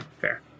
fair